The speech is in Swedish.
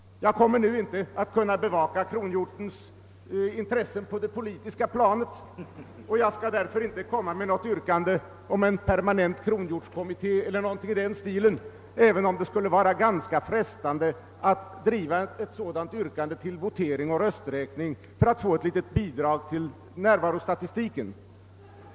Jag kommer nu inte att kunna bevaka kronhjortens intressen på det politiska planet, och jag skall därför inte framställa något yrkande om en permanent kronhjortskommitté eller något i den stilen, även om det skulle varit ganska frestande att driva ett sådant yrkande till votering och rösträkning för att få ett litet bidrag till närvarostatistiken.